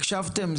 הקשבתם,